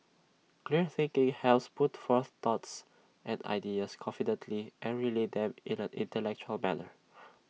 clear thinking helps put forth thoughts and ideas confidently and relay them in an intellectual manner